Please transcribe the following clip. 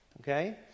Okay